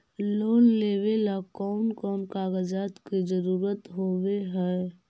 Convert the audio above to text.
Loan लेबे ला कौन कौन कागजात के जरुरत होबे है?